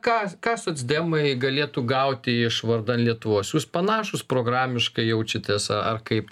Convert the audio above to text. ką ką socdemai galėtų gauti iš vardan lietuvos jūs panašūs programiškai jaučiatės ar kaip